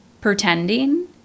pretending